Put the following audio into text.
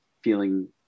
feeling